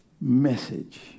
message